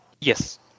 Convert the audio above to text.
Yes